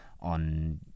on